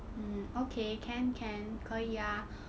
mm okay can can 可以啊